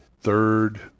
Third